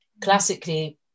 Classically